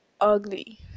ugly